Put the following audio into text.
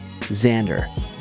Xander